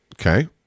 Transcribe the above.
okay